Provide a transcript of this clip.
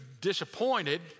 disappointed